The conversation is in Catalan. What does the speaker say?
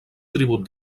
tribut